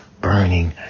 burning